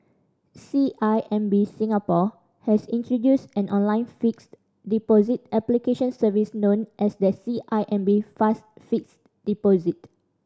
C I M B Singapore has introduced an online fixed deposit application service known as the C I M B Fast Fixed Deposit